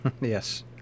Yes